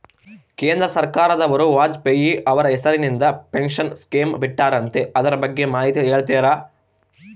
ಕೇಂದ್ರ ಸರ್ಕಾರದವರು ವಾಜಪೇಯಿ ಅವರ ಹೆಸರಿಂದ ಪೆನ್ಶನ್ ಸ್ಕೇಮ್ ಬಿಟ್ಟಾರಂತೆ ಅದರ ಬಗ್ಗೆ ಮಾಹಿತಿ ಹೇಳ್ತೇರಾ?